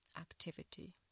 activity